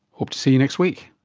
hope to see you next week